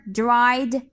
dried